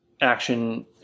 action